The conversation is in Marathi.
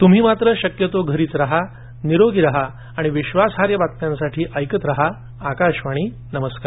तुम्ही मात्र शक्यतोघरीच रहानिरोगी रहा आणि विश्वासार्ह बातम्यांसाठी ऐकत रहा आकाशवाणी नमर्कार